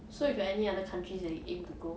so you got any other countries that you aim to go